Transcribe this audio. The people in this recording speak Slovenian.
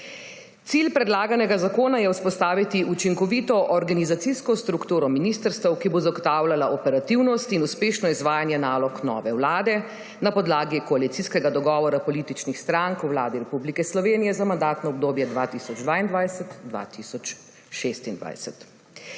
Cilj predlaganega zakona je vzpostaviti učinkovito organizacijsko strukturo ministrstev, ki bo zagotavljala operativnost in uspešno izvajanje nalog nove vlade na podlagi koalicijskega dogovora političnih strank v Vladi Republike Slovenije za mandatno obdobje 2022−2026.